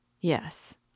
Yes